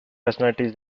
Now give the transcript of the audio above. personalities